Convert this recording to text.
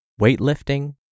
weightlifting